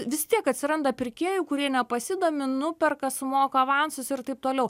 vis tiek atsiranda pirkėjų kurie nepasidomi nuperka sumoka avansus ir taip toliau